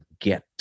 get